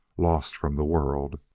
lost from the world,